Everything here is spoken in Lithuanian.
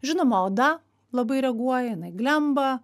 žinoma oda labai reaguoja jinai glemba